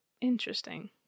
Interesting